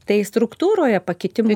tai struktūroje pakitimų